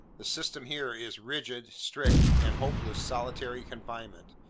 the system here, is rigid, strict, and hopeless solitary confinement.